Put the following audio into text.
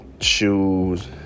shoes